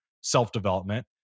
self-development